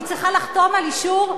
היא צריכה לחתום על אישור,